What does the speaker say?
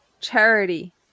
charity